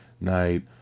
night